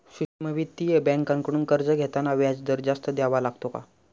सूक्ष्म वित्तीय बँकांकडून कर्ज घेताना व्याजदर जास्त द्यावा लागतो का?